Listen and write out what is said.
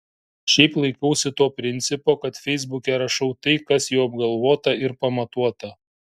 šiaip laikausi to principo kad feisbuke rašau tai kas jau apgalvota ir pamatuota